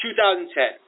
2010